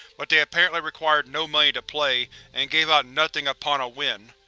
but they apparently required no money to play and gave out nothing upon a win.